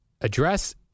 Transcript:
address